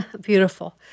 Beautiful